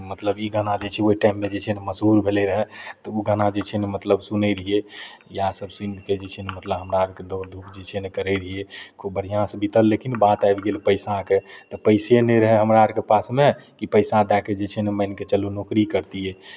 मतलब ई गाना जे छै ओहि टाइममे जे छै ने मशहूर भेलै रहै तऽ ओ गाना जे छै ने मतलब सुनै रहियै इहए सब सुनि कऽ जे छै ने मतलब हमरा आर के दौड़ धूप जे छै ने करै रहियै खूब बढ़ियाँ सँ बितल लेकिन बात आइब गेल पैसा के तऽ पैसे नै रहए हमरा आर के पास मे कि पैसा दए कऽ जे छै ने माइन कऽ चलु नौकरी करतियै